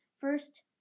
first